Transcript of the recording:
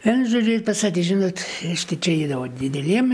vienu žodžiu ir pasakė žinot reiškia čia eidavo dideliem